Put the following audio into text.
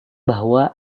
bahwa